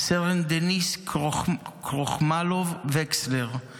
רן דניס קרוחמלוב וקסלר,